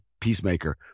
peacemaker